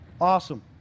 Awesome